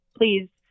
please